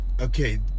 Okay